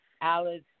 Alice